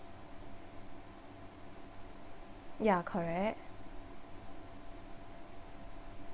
ya correct